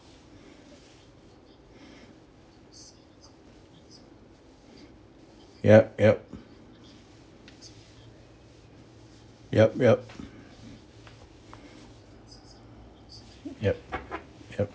yup yup yup yup yup yup